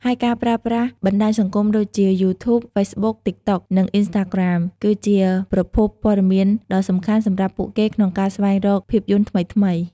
ហើយការប្រើប្រាស់បណ្ដាញសង្គមដូចជា យូធូប ហ្វេសប៊ុក តិកតុក និងអ៊ីនស្តារក្រាមគឺជាប្រភពព័ត៌មានដ៏សំខាន់សម្រាប់ពួកគេក្នុងការស្វែងរកភាពយន្តថ្មីៗ។